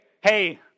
Hey